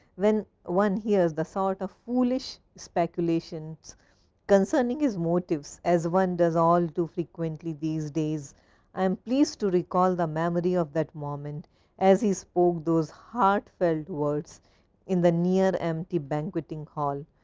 when one hears the sort of foolish speculations concerning his motives as one does all too frequently these days and please to recall the memory of that moment as he spoke those heartfelt words in the near empty banqueting hall.